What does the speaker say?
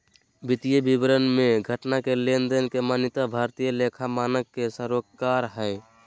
वित्तीय विवरण मे घटना के लेनदेन के मान्यता भारतीय लेखा मानक के सरोकार हय